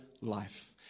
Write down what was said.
life